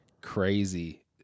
crazy